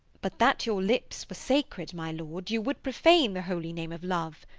but that your lips were sacred, my lord, you would profane the holy name of love.